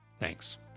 Thanks